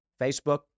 Facebook